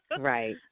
Right